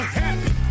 happy